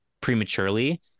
prematurely